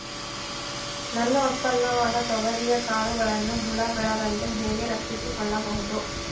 ನನ್ನ ಉತ್ಪನ್ನವಾದ ತೊಗರಿಯ ಕಾಳುಗಳನ್ನು ಹುಳ ಬೇಳದಂತೆ ಹೇಗೆ ರಕ್ಷಿಸಿಕೊಳ್ಳಬಹುದು?